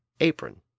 apron